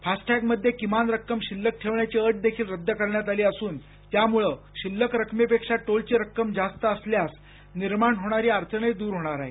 fast tag मध्ये किमान रक्कम शिल्लक ठेवण्याची अट देखील रद्द करण्यात आली असून त्यामुळं शिल्लक रकमेपेक्षा टोलची रक्कम जास्त असल्यास निर्माण होणारी अडचणही दूर होणार आहे